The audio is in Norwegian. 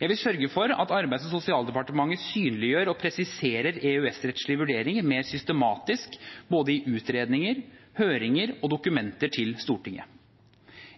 Jeg vil sørge for at Arbeids- og sosialdepartementet synliggjør og presiserer EØS-rettslige vurderinger mer systematisk i både utredninger, høringer og dokumenter til Stortinget.